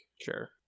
Sure